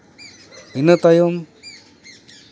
ᱤᱱᱟᱹ ᱛᱟᱭᱚᱢ